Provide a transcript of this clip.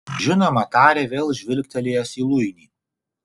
žinoma tarė vėl žvilgtelėjęs į luinį